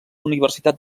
universitat